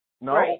No